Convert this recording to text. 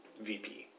VP